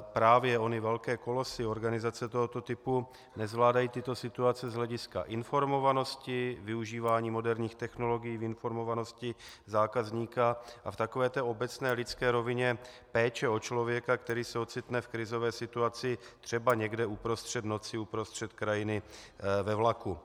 právě ony velké kolosy, organizace tohoto typu nezvládají tyto situace z hlediska informovanosti, využívání moderních technologií k informovanosti zákazníka, a v takové té obecné lidské rovině péče o člověka, který se ocitne v krizové situaci třeba někde uprostřed noci, uprostřed krajiny ve vlaku.